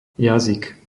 jazyk